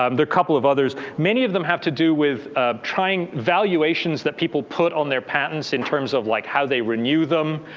um there are couple of others. many of them have to do with trying valuations that people put on their patents, in terms of like how they renew them.